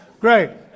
Great